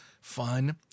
fun